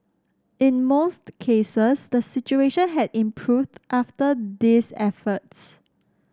in most cases the situation had improved after these efforts